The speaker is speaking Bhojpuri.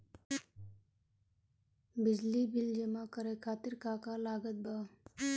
बिजली बिल जमा करे खातिर का का लागत बा?